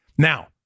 Now